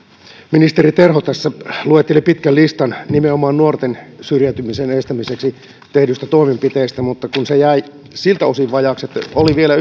ministeri terho tässä luetteli pitkän listan nimenomaan nuorten syrjäytymisen estämiseksi tehdyistä toimenpiteistä mutta se jäi siltä osin vajaaksi että oli vielä